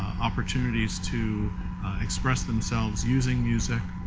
opportunities to express themselves using music.